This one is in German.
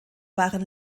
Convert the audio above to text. waren